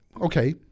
okay